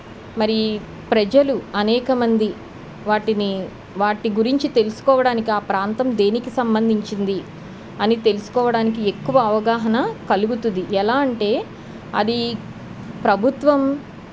మరీ ప్రజలు అనేకమంది వాటిని వాటి గురించి తెలుసుకోవడానికి ఆ ప్రాంతం దేనికి సంబంధించింది అని తెలుసుకోవడానికి ఎక్కువ అవగాహన కలుగుతుంది ఎలా అంటే అది ప్రభుత్వం